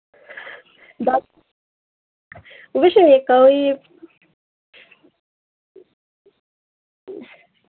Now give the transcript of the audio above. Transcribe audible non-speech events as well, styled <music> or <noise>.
but <unintelligible>